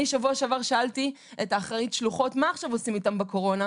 אני בשבוע שעבר שאלתי את אחראית השלוחות מה עושים איתם עכשיו בקורונה?